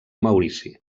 maurici